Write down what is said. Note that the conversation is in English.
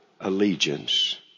allegiance